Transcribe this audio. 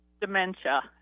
dementia